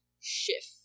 shift